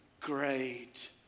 great